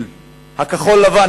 הטקסטיל הכחול-לבן,